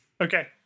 Okay